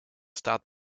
staat